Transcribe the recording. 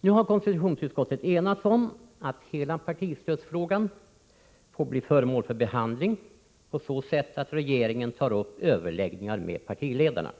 Nu har konstitutionsutskottet enats om att hela partistödsfrågan får bli föremål för behandling. Regeringen får således ta upp överläggningar med partiledarna.